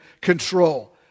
control